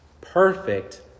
perfect